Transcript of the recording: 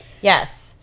Yes